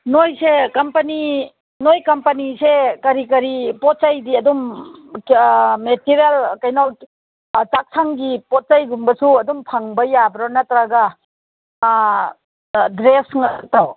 ꯅꯣꯏꯁꯦ ꯀꯝꯄꯅꯤ ꯅꯣꯏ ꯀꯝꯄꯅꯤꯁꯦ ꯀꯔꯤ ꯀꯔꯤ ꯄꯣꯠ ꯆꯩꯗꯤ ꯑꯗꯨꯝ ꯃꯦꯇꯔꯦꯜ ꯀꯩꯅꯣ ꯆꯥꯛꯁꯪꯒꯤ ꯄꯣꯠ ꯆꯩꯒꯨꯝꯕꯁꯨ ꯑꯗꯨꯝ ꯐꯪꯕ ꯌꯥꯕ꯭ꯔꯣ ꯅꯠꯇ꯭ꯔꯒ ꯗ꯭ꯔꯦꯁ